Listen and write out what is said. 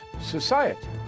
society